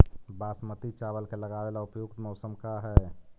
बासमती चावल के लगावे ला उपयुक्त मौसम का है?